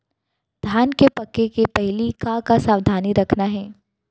धान के पके के पहिली का का सावधानी रखना हे?